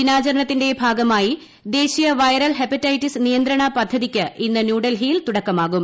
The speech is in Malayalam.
ദിനാചരണത്തിന്റെ ഭാഗമായി ദേശീയ വൈറൽ ഹെപ്പറ്റൈറ്റിസ് ് നിയന്ത്രണ പദ്ധതിക്ക് ഇന്ന് ന്യൂഡൽഹിയിൽ തുടക്കമാകും